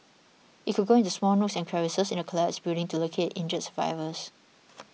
it could go into small nooks and crevices in a collapsed building to locate injured survivors